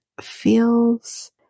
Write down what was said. feels